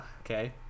okay